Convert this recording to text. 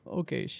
okay